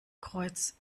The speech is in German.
kreuz